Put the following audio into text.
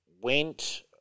went